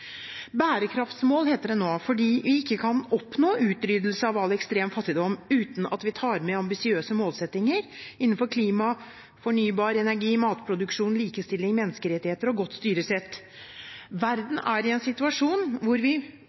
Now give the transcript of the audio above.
heter det nå fordi vi ikke kan oppnå utryddelse av all ekstrem fattigdom uten at vi tar med ambisiøse målsettinger innenfor klima, fornybar energi, matproduksjon, likestilling, menneskerettigheter og godt styresett. Verden er i en situasjon hvor vi